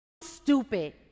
stupid